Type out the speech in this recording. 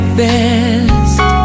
best